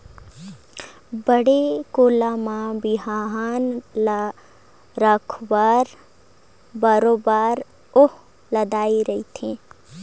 बाड़ी कोला में बिहन्हा ले रखवार बरोबर उहां लदाय रहथे